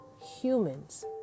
humans